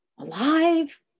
alive